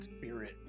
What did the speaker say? spirit